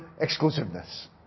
exclusiveness